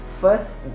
First